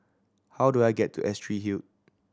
how do I get to Astrid Hill